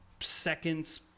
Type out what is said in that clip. seconds